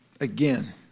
again